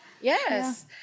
Yes